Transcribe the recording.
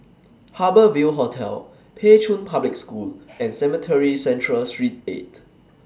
Harbour Ville Hotel Pei Chun Public School and Cemetry Central Street eight